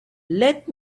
let